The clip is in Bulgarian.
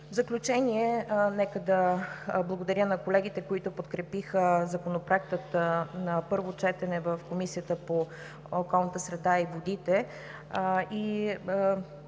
В заключение, благодаря на колегите, които подкрепиха Законопроекта на първо четене в Комисията по околната среда и водите,